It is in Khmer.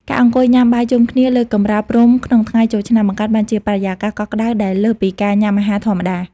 ការអង្គុយញ៉ាំបាយជុំគ្នាលើកម្រាលព្រំក្នុងថ្ងៃចូលឆ្នាំ បង្កើតបានជាបរិយាកាសកក់ក្ដៅដែលលើសពីការញ៉ាំអាហារធម្មតា។